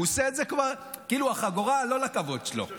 הוא עושה את זה, כאילו שהחגורה לא לכבוד שלו.